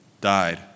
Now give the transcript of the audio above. died